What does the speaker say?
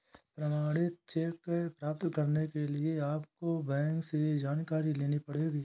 प्रमाणित चेक प्राप्त करने के लिए आपको बैंक से जानकारी लेनी पढ़ेगी